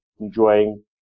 enjoying